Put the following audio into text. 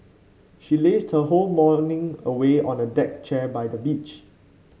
she lazed her whole morning away on a deck chair by the beach